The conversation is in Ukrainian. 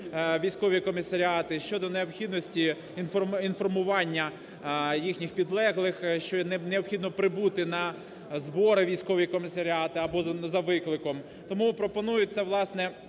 військові комісаріати щодо необхідності інформування їхніх підлеглих, що необхідно прибути на збори в військові комісаріати або за викликом. Тому пропонується, власне,